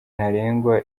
ntarengwa